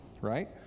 right